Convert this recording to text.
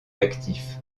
actif